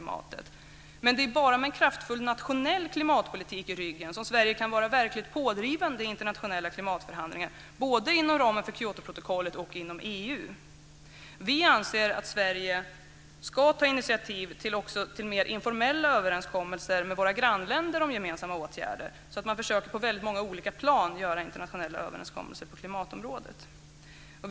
Men det är bara med en kraftfull nationell klimatpolitik i ryggen som Sverige kan vara verkligt pådrivande i internationella klimatförhandlingar både inom ramen för Kyotoprotokollet och inom EU. Vi anser att vi i Sverige ska ta initiativ till mer informella överenskommelser med våra grannländer om gemensamma åtgärder. Vi måste försöka skapa internationella överenskommelser på klimatområdet på många olika plan.